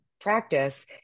practice